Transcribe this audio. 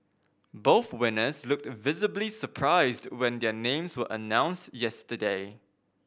both winners looked visibly surprised when their names were announced yesterday